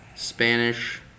Spanish